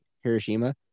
Hiroshima